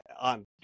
on